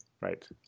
Right